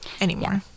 anymore